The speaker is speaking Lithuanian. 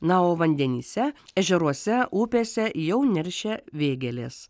na o vandenyse ežeruose upėse jau neršia vėgėlės